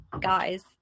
guys